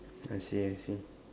I see I see